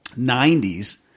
90s